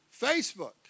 Facebook